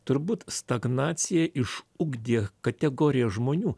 turbūt stagnacija iš ugdė kategoriją žmonių